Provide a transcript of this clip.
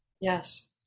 yes